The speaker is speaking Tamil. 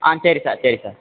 ஆ சரி சார் சரி சார்